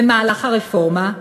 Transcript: במהלך הרפורמה.